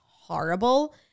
horrible